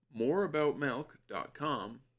moreaboutmilk.com